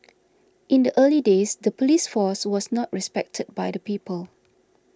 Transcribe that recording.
in the early days the police force was not respected by the people